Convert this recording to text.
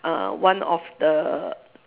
uh one of the